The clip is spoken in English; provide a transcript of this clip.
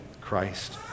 Christ